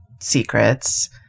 secrets